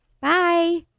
Bye